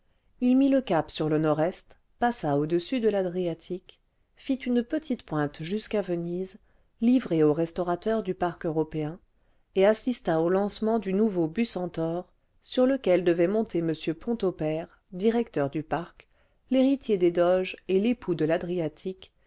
il mit le cap sur le nord-est passa au-dessus de l'adriatique fit une petite pointe jusqu'à venise livrée aux restaurateurs du parc européen et assista au lancement du nouveau bucentaure sur lequel devait monter m ponto père directeur du parc l'héritier des doges et l'époux de l'adriatique